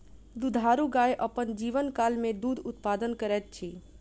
दुधारू गाय अपन जीवनकाल मे दूध उत्पादन करैत अछि